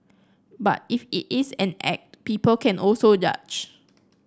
but if it is an act people can also judge